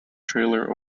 trailer